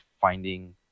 finding